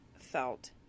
Felt